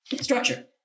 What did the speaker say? structure